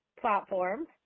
platform